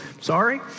sorry